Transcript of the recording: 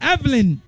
Evelyn